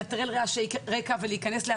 עם יכולת לנטרל רעשי רקע ולהתחבר גם